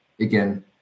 again